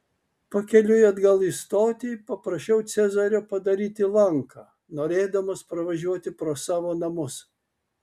pakeliui atgal į stotį paprašiau cezario padaryti lanką norėdamas pravažiuoti pro savo namus